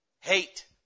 hate